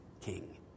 king